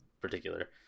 particular